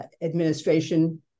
administration